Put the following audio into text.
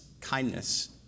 kindness